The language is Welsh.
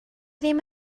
ddim